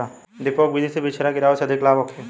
डेपोक विधि से बिचरा गिरावे से अधिक लाभ होखे?